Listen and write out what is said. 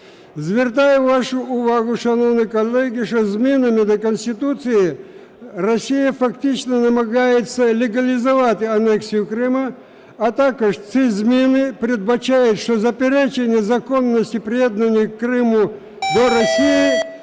Звертаю вашу увагу, шановні колеги, що змінами до Конституції Росія фактично намагається легалізувати анексію Криму, а також ці зміни передбачають, що заперечення законності приєднання Криму до Росії